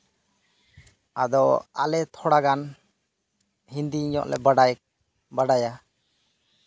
ᱟᱫᱚ ᱟᱞᱮ ᱛᱷᱚᱲᱟ ᱜᱟᱱ ᱦᱤᱱᱫᱤ ᱞᱮ ᱵᱟᱲᱟᱭᱟ